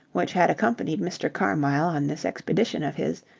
which had accompanied mr. carmyle on this expedition of his,